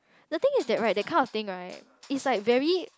the thing is that right that kind of thing right it's like very